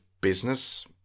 business